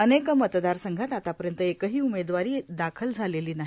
अनेक मतदार संघात आतापर्यंत एकही उमेदवारी दाखल झालेली नाही